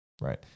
right